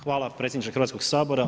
Hvala predsjedniče Hrvatskoga sabora.